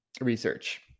research